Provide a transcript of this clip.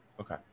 Okay